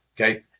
okay